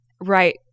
right